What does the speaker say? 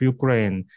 Ukraine